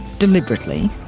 deliberately,